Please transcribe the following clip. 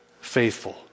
faithful